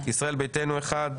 ישראל ביתנו אחד,